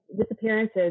disappearances